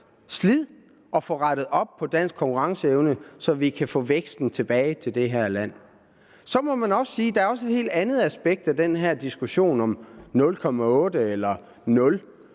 slid at få rettet op på dansk konkurrenceevne, så vi kan få væksten tilbage til det her land. Man må også sige, at der er et helt andet aspekt af den her diskussion om 0,8 pct.